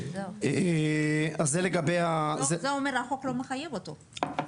זה אומר שהחוק לא מחייב אותו.